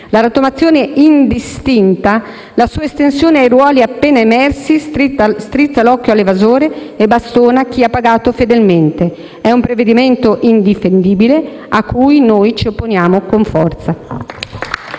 La rottamazione indistinta, la sua estensione ai ruoli appena emersi strizza l'occhio all'evasore e bastona chi ha pagato fedelmente. È un provvedimento indifendibile a cui noi ci opponiamo con forza.